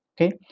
okay